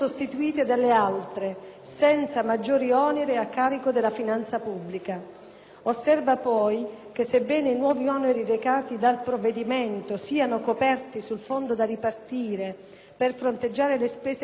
Osserva poi che, sebbene i nuovi oneri recati dal provvedimento siano coperti sul fondo da ripartire per fronteggiare le spese derivanti dalle elezioni politiche, ossia sul bilancio a legislazione vigente,